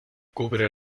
cubre